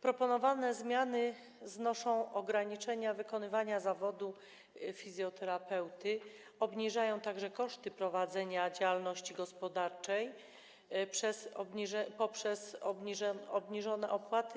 Proponowane zmiany znoszą ograniczenia dotyczące wykonywania zawodu fizjoterapeuty, obniżają także koszty prowadzenia działalności gospodarczej poprzez obniżenie opłat